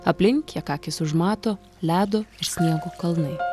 aplink kiek akys užmato ledo ir sniego kalnai